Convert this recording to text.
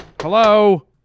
Hello